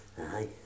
Aye